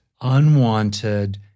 unwanted